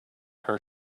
her